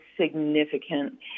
significant